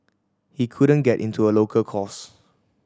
he couldn't get into a local course